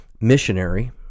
missionary